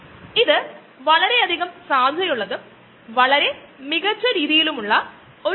നമുക്ക് micro algae ഉപയോഗിച്ച് ഉള്ള ബയോ ഡീസൽ അതുപോലെ ബയോ ഓയിൽ ഉത്പാദനത്തിലേക്കു തിരിച്ചു വരാം ഈ പ്രക്രിയ വളരെ ലളിതം ആണ്